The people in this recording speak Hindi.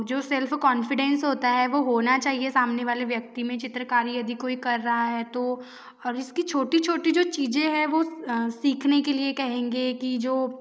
जो सेल्फ कॉन्फिडेंस होता है वो होना चाहिए सामने वाले व्यक्ति में चित्रकारी यदि कोई कर रहा है तो और इसकी छोटी छोटी जो चीज़े हैं वो सीखने के लिए कहेंगे कि जो